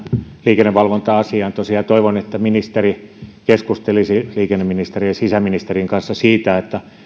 liikennevalvonta asiaan toivon tosiaan että ministeri keskustelisi liikenneministerin ja sisäministerin kanssa siitä että